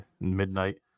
midnight